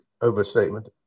overstatement